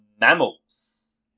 mammals